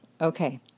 Okay